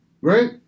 right